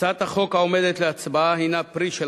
הצעת החוק העומדת להצבעה הינה פרי של